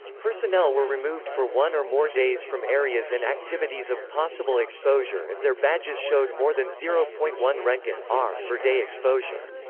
personnel were removed for one or more days from areas and activities of possible exposure if their badges showed more than zero point one roentgen per day exposure.